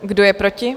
Kdo je proti?